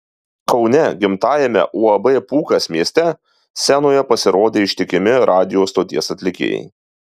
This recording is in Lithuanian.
kaune gimtajame uab pūkas mieste scenoje pasirodė ištikimi radijo stoties atlikėjai